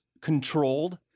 controlled